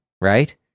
right